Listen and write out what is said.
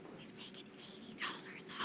taken eighty dollars